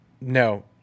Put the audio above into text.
No